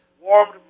warmed